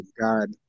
God